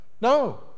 No